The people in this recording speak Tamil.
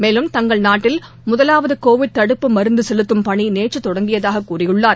மேலும் தங்கள் நாட்டில் முதவாவது கோவிட் தடுப்பு மருந்து செலுத்தும் பணி நேற்று தொடங்கியதாக தெரிவித்துள்ளார்